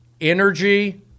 energy